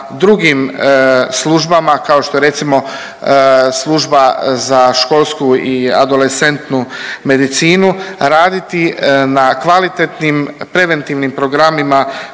drugim službama kao što je recimo, služba za školsku i adolescentnu medicinu raditi na kvalitetnim preventivnim programima